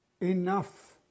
Enough